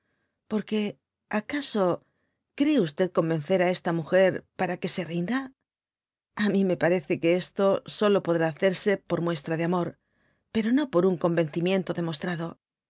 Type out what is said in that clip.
porque acaso cree convencer á esta múger para que se rinda a mi me parece que esto solo podrá hacerse por muestra de amor pero no por un convencimiento demostrado